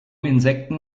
insekten